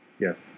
Yes